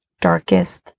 darkest